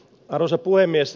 arvoisa puhemies